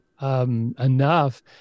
Enough